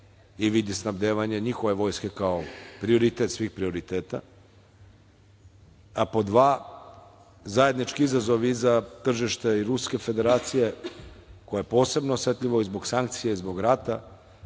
i vidi snabdevanje njihove vojske kao prioritet svih prioriteta. Pod dva, zajednički izazov i za tržišta i Ruske Federacije, koje je posebno osetljivo i zbog sankcija i zbog rata,